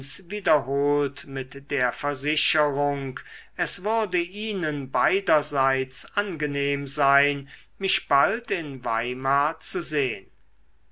wiederholt mit der versicherung es würde ihnen beiderseits angenehm sein mich bald in weimar zu sehn